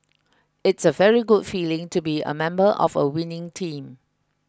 it's a very good feeling to be a member of a winning team